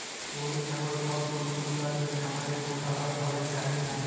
গরু, ছাগল ছব জল্তুগুলা যে খামারে পুসা হ্যয় অলেক কাজের জ্যনহে